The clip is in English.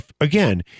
Again